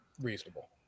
reasonable